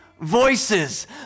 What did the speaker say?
voices